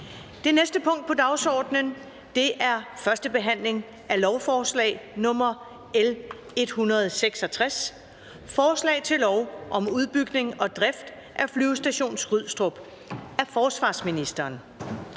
Det næste punkt på dagsordenen er: 2) 1. behandling af lovforslag nr. L 166: Forslag til lov om udbygning og drift af Flyvestation Skrydstrup. Af forsvarsministeren